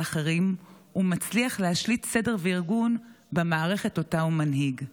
אחרים ומצליח להשליט סדר וארגון במערכת שאותה הוא מנהיג",